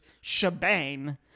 shebang